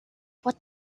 what